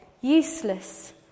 useless